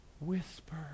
whisper